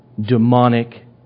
demonic